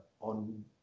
on